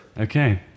Okay